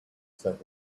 said